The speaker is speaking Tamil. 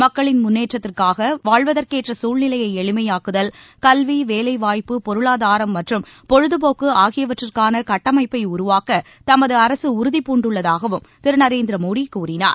மக்களின் முன்னேற்றத்திற்காக வாழ்வதற்கேற்ற சூழ்நிலையை எளிமையாக்குதல் கல்வி வேலை வாய்ப்பு பொருளாதாரம் மற்றும் பொழுதுபோக்கு ஆகியவற்றுக்கான கட்டமைப்பை உருவாக்க தமது அரசு உறுதிபூண்டுள்ளதாகவும் திரு நரேந்திர மோடி கூறினார்